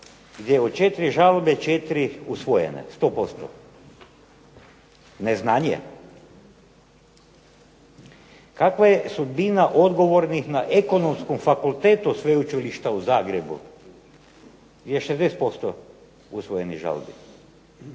gdje od 4 žalbe 4 su usvojene, 100%. Neznanje? Kakva je sudbina odgovornih na Ekonomskom fakultetu Sveučilišta u Zagrebu gdje je 60% usvojenih žalbi?